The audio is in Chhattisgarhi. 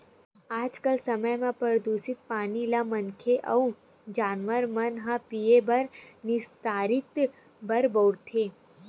आज के समे म परदूसित पानी ल मनखे अउ जानवर मन ह पीए बर, निस्तारी बर बउरथे